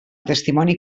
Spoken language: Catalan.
testimoni